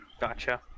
Gotcha